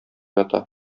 ята